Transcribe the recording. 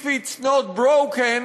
?If it's not broken,